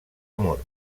amor